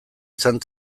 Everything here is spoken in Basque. izan